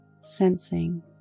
sensing